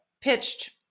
pitched